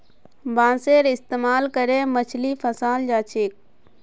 बांसेर इस्तमाल करे मछली फंसाल जा छेक